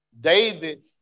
David